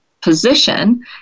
position